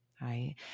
Right